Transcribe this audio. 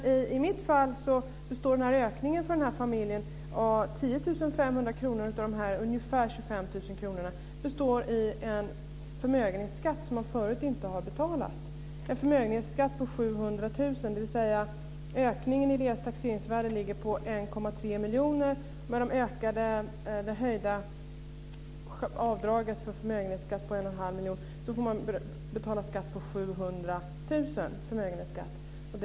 I det här fallet består ökningen för familjen - 10 500 kr av ungefär 25 000 kr - i en förmögenhetsskatt som man förut inte har betalat. Det är en förmögenhetsskatt på 700 000 kr - dvs. ökningen av taxeringsvärdet ligger på 1,3 miljoner. Med det höjda avdraget för förmögenhetsskatt på 1 1⁄2 miljon får man betala förmögenhetsskatt på 700 000 kr.